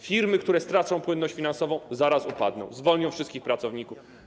Firmy, które stracą płynność finansową, zaraz upadną, zwolnią wszystkich pracowników.